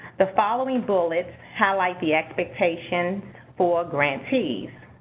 the following bullets highlight the expectations for grantees.